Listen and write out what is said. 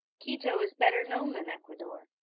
quito is better known than ecuador.